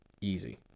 Easy